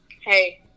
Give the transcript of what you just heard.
hey